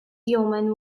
yeoman